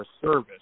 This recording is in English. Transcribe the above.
service